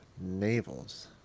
navels